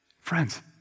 Friends